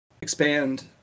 expand